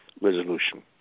resolution